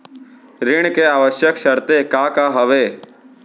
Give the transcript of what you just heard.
ऋण के आवश्यक शर्तें का का हवे?